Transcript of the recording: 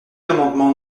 l’amendement